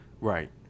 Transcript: right